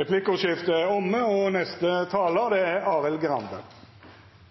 Replikkordskiftet er omme.